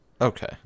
Okay